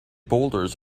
boulders